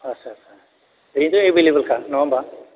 आदसा आदसा ओरैनो एभेलेबेलखा नङा होनब्ला